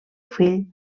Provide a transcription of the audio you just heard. fill